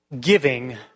giving